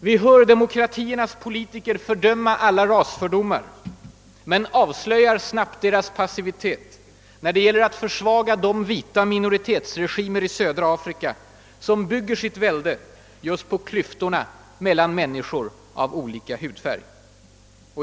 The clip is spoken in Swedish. Vi hör demokratiernas politiker fördöma alla rasfördomar — men avslöjar snabbt deras passivitet när det gäller att försvaga de vita minoritetsregimer i södra Afrika som bygger sitt välde just på klyftorna mellan människor av olika hudfärg.